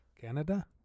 Canada